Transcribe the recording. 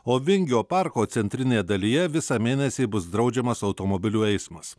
o vingio parko centrinėje dalyje visą mėnesį bus draudžiamas automobilių eismas